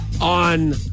on